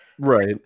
Right